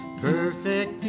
Perfect